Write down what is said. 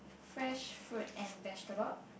fresh fruit and vegetable